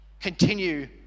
Continue